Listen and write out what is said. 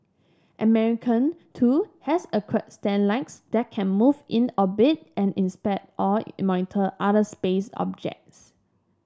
American too has acquired satellites that can move in orbit and inspect or monitor other space objects